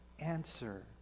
answer